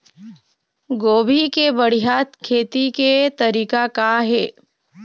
गोभी के बढ़िया खेती के तरीका का हे?